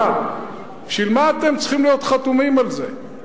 מה, בשביל מה אתם צריכים להיות חתומים על זה?